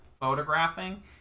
photographing